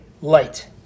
light